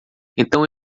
então